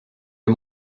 les